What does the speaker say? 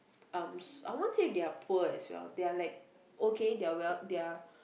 um I won't say they are poor as well they are like okay they are well they are